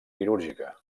quirúrgica